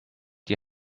die